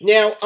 Now